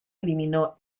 eliminó